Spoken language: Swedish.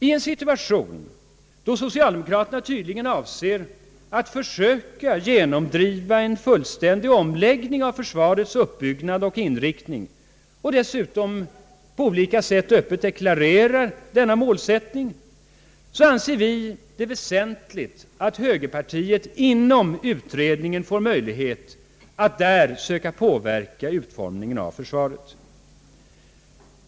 I en situation, då socialdemokraterna tydligen avser att försöka genomdriva en fullständig omläggning av försvarets uppbyggnad och inriktning och dessutom på olika sätt öppet deklarerar denna målsättning, så anser vi det väsentligt att högerpartiet inom utredningen får möjlighet att där söka påverka utformningen av försvaret.